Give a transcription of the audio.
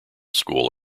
school